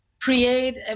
create